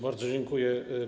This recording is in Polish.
Bardzo dziękuję.